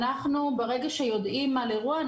ברגע שאנחנו יודעים על אירוע,